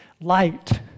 Light